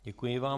Děkuji vám.